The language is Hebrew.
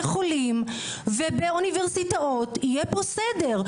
חולים ובאוניברסיטאות יהיה פה סדר.